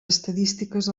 estadístiques